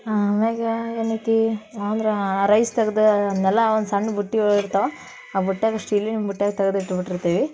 ಆಮ್ಯಾಲ ಏನೈತಿ ಅಂದ್ರೆ ಆ ರೈಸ್ ತೆಗ್ದು ಅವನ್ನೆಲ್ಲ ಒಂದು ಸಣ್ಣ ಬುಟ್ಟಿಯೊಳ ಇರ್ತವೆ ಆ ಬುಟ್ಯಾಗೆ ಸ್ಟೀಲಿನ ಬುಟ್ಯಾಗೆ ತೆಗ್ದ್ ಇಟ್ಬಿಟ್ಟಿರ್ತೇವೆ